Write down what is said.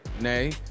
nay